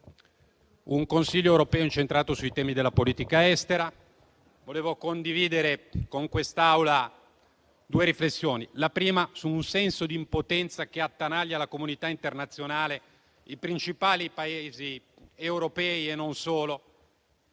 il Consiglio europeo sarà incentrato sui temi della politica estera. Volevo condividere con quest'Aula due riflessioni. La prima sul senso di impotenza che attanaglia la comunità internazionale, i principali Paesi europei e non solo,